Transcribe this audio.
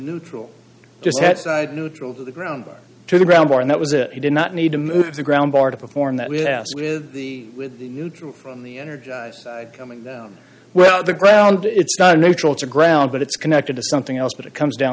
neutral just outside neutral to the ground to the ground war and that was it he did not need to move the ground bar to perform that we left with the with the neutral from the energized side coming down well the ground it's not a neutral to ground but it's connected to something else but it comes down